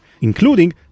including